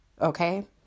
okay